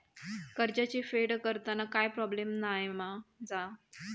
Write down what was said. कर्जाची फेड करताना काय प्रोब्लेम नाय मा जा?